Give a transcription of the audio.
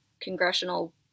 congressional